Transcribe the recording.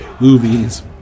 movies